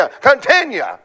continue